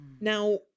Now